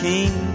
King